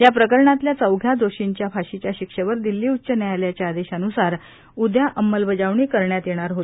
या प्रकरणातल्या चौघा दोषींच्या फाशीच्या शिक्षेवर दिल्ली उच्च न्यायालयाच्या आदेशानुसार उदया अंमलबजावणी करण्यात येणार आहे